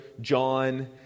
John